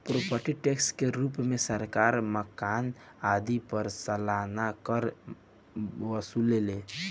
property tax के रूप में सरकार मकान आदि पर सालाना कर वसुलेला